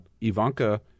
Ivanka